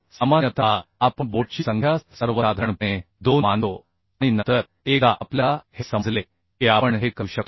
सामान्यतः आपण बोल्टची संख्या सर्वसाधारणपणे 2 मानतो आणि नंतर एकदा आपल्याला हे समजले की आपण हे करू शकतो